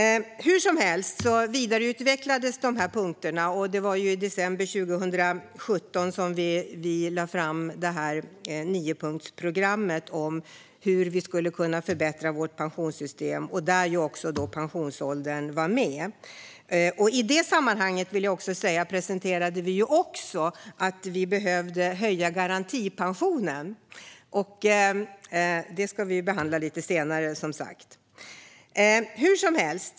Hur som helst vidareutvecklades dessa punkter. Det var i december 2017 som vi lade fram niopunktsprogrammet om hur vi skulle kunna förbättra vårt pensionssystem. Där var också pensionsåldern med. I det sammanhanget, vill jag säga, presenterade vi också att vi skulle behöva höja garantipensionen. Det ska vi behandla lite senare, som sagt.